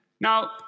Now